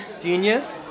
Genius